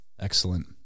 Excellent